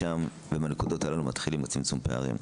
ובנקודות הללו מתחילים בצמצום פערים.